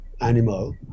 animal